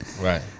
Right